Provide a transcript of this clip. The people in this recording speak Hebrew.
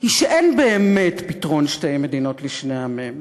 היא שאין באמת פתרון שתי מדינות לשני עמים,